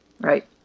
Right